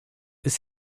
was